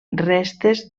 restes